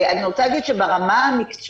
אני רוצה להגיד שברמה המקצועית,